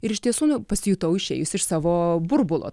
ir iš tiesų nu pasijutau išėjus iš savo burbulo